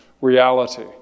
reality